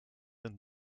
een